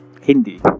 Hindi